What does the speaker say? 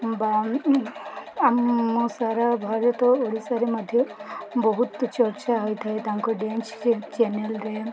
ବା ଆ ମୋ ସାରା ଭାରତ ଓଡ଼ିଶାରେ ମଧ୍ୟ ବହୁତ ଚର୍ଚା ହୋଇଥାଏ ତାଙ୍କ ଡ୍ୟାନ୍ସ ଚ ଚ୍ୟାନେଲ୍ରେ